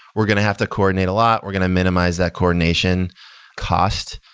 we're going to have to coordinate a lot. we're going to minimize that coordination cost,